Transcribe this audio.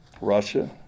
Russia